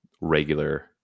regular